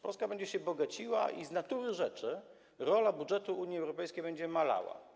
Polska będzie się bogaciła i z natury rzeczy rola budżetu Unii Europejskiej będzie malała.